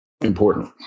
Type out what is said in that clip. important